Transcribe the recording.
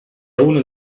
uno